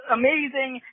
amazing